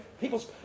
people's